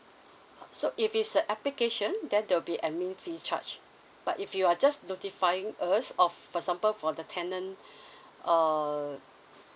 uh so if it's a application then there'll be admin fee charge but if you are just notifying us of for sample for the tenant err